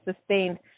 sustained